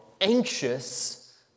anxious